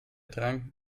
drang